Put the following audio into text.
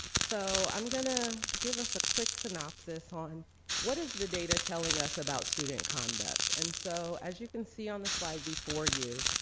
so, i'm gonna give us a quick synopsis on what is the data telling us about student conduct? and so, as you can see on the slide before you,